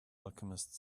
alchemist